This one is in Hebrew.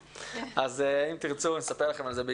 אם תרצו, אני אספר לכם על זה בהזדמנות.